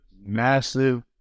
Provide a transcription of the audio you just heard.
massive